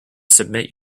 submit